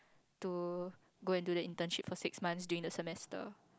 to go and do their internship for six months during the semester